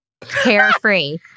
carefree